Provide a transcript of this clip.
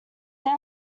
they